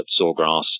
sawgrass